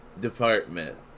Department